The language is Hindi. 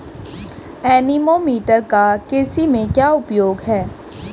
एनीमोमीटर का कृषि में क्या उपयोग है?